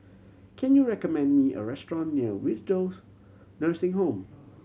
can you recommend me a restaurant near Nursing Home